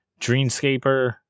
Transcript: Dreamscaper